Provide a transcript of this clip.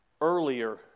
earlier